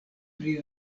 pri